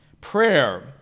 Prayer